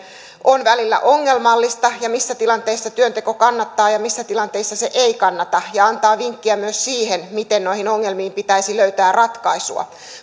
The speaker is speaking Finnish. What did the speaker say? on välillä ongelmallista ja missä tilanteissa työnteko kannattaa ja missä tilanteissa se ei kannata ja antaa vinkkiä myös siihen miten noihin ongelmiin pitäisi löytää ratkaisua